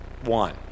one